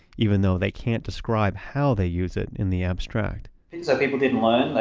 even though they can't describe how they use it in the abstract so people didn't learn?